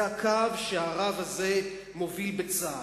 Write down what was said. זה הקו שהרב הזה מוביל בצה"ל,